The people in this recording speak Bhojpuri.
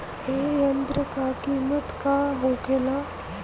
ए यंत्र का कीमत का होखेला?